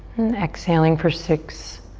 and exhaling for six,